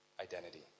identity